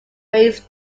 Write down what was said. raised